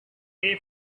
pay